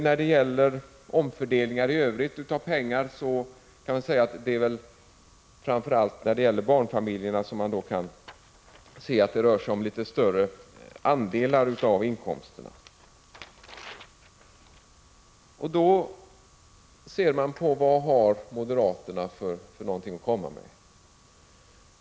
När det gäller omfördelningar i övrigt av pengar kan man säga att det är för barnfamiljerna som det rör sig om större andelar av inkomsterna. Då kan man se på vad moderaterna har att komma med.